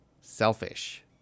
selfish